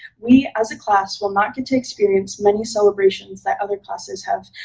we as a class will not get to experience many celebrations that other classes have,